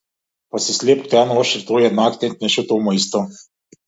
pasislėpk ten o aš rytoj naktį atnešiu tau maisto